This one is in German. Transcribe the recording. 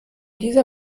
dieser